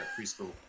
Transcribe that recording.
preschool